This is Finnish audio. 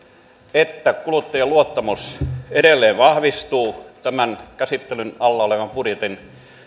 että kuluttajien luottamus edelleen vahvistuu tämän käsittelyn alla olevan budjetin